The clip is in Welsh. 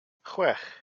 chwech